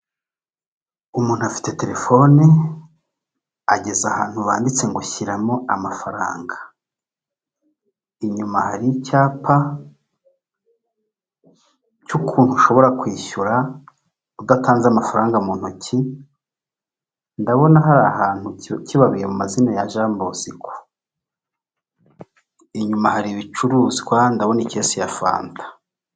Umuntu afite telefone ageze ahantu banditse ngo shyiramo amafaranga; inyuma hari icyapa cy'ukuntu ushobora kwishyura udatanze amafaranga mu ntoki; ndabona hari ahantu kibaruye mu mazina ya yohani bosiko; inyuma hari ibicuruzwa ndabona ikesi ya fanta.